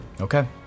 Okay